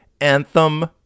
anthem